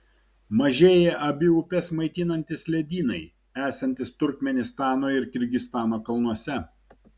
mažėja abi upes maitinantys ledynai esantys turkmėnistano ir kirgizstano kalnuose